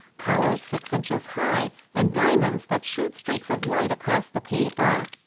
collars six inches high and diamonds that shoot streaks of light across the paper.